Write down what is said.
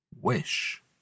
wish